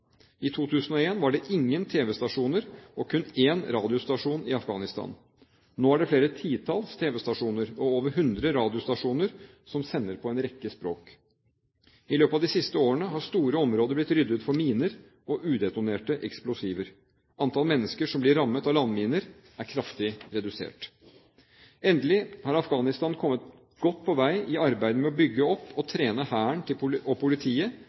I 2001 var det ingen tv-stasjoner og kun én radiostasjon i Afghanistan. Nå er det flere titalls tv-stasjoner og over 100 radiostasjoner som sender på en rekke språk. I løpet av de siste årene har store områder blitt ryddet for miner og udetonerte eksplosiver. Antall mennesker som blir rammet av landminer, er kraftig redusert. Endelig har Afghanistan kommet godt på vei i arbeidet med å bygge opp og trene hæren og politiet,